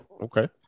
Okay